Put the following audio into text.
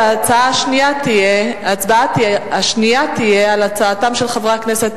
ההצבעה השנייה תהיה על הצעתם של חברי הכנסת